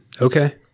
Okay